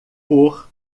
por